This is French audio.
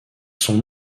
son